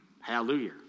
Hallelujah